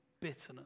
bitterness